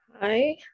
Hi